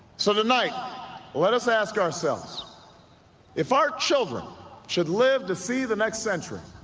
so tonight let us ask ourselves if our children should live to see the next century